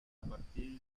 partir